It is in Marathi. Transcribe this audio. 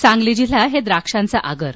सांगली जिल्हा हे द्राक्षांचं आगर